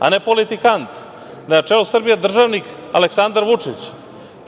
a ne politikant, na čelu Srbije državnik Aleksandar Vučić,